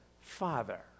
Father